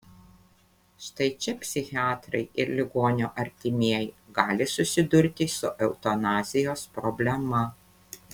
štai čia psichiatrai ir ligonio artimieji gali susidurti su eutanazijos problema